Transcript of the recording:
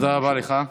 תודה רבה לך.